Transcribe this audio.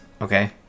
okay